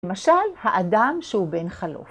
למשל, האדם שהוא בן חלוף.